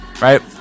Right